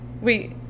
Wait